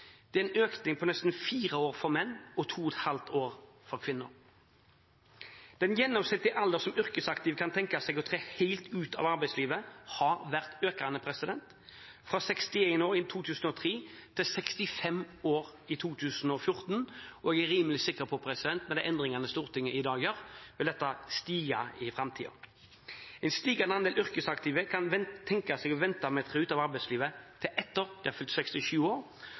Det er en økning i gjenstående levetid på nesten 4 år for menn og 2,5 år for kvinner. Den gjennomsnittlige alder som yrkesaktive kan tenke seg å tre helt ut av arbeidslivet, har vært økende, fra 61 år i 2003 til 65 år i 2014. Og jeg er rimelig sikker på at dette, med de endringene Stortinget i dag gjør, vil stige i framtiden. En stigende andel yrkesaktive kan tenke seg å vente med å tre ut av arbeidslivet til etter at de har fylt 67 år.